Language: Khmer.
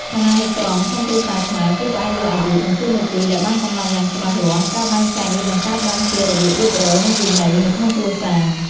ឋានានុក្រមក្នុងគ្រួសារខ្មែរ គឺផ្អែកលើ អាយុ និងតួនាទី ដែលបានកំណត់យ៉ាងច្បាស់លាស់។ ការបែងចែកនេះបង្កើតបានជា របៀបរៀបរយ និងវិន័យ នៅក្នុងគ្រួសារ។